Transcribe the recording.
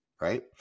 right